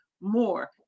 more